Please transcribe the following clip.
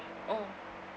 mm